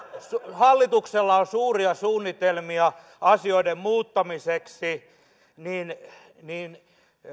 hallituksella on suuria suunnitelmia asioiden muuttamiseksi mutta